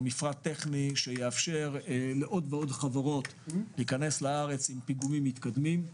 מפרט טכני שיאפשר לעוד ועוד חברות להיכנס לארץ עם פיגומים מתקדמים.